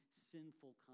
sinful